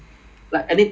ya 就是